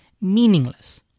meaningless